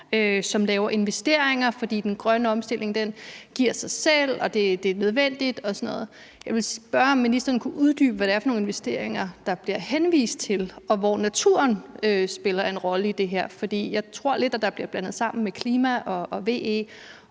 som laver investeringer, fordi den grønne omstilling giver sig selv og det er nødvendigt og sådan noget. Jeg vil høre, om ministeren kunne uddybe, hvad det er for nogle investeringer, der bliver henvist til, og hvor naturen spiller en rolle i det her. For jeg tror lidt, at man blander det sammen med klima og VE.